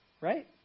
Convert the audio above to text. Right